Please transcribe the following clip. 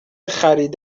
خرید